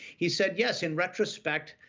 he said, yes, in retrospect,